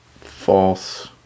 false